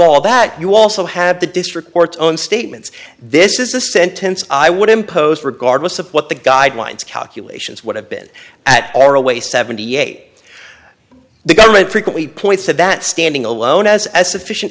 all that you also have the district court's own statements this is the sentence i would impose regardless of what the guidelines calculations would have been at or away seventy eight the government frequently points to that standing alone as a sufficient